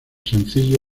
sencillo